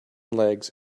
legs